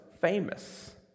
famous